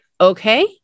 Okay